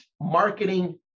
marketing